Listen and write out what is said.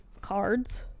cards